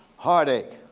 heartache.